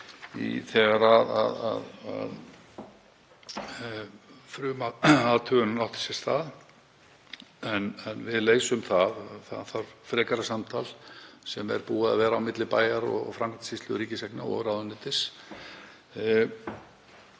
þegar frumathugun átti sér stað, en við leysum það. Það þarf frekara samtal sem er búið að vera á milli bæjarins, Framkvæmdasýslu ríkiseigna og ráðuneytis.